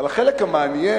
אבל החלק המעניין,